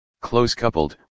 Close-coupled